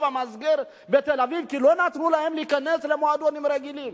המסגר בתל-אביב כי לא נתנו להם להיכנס למועדונים רגילים,